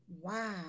Wow